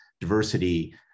diversity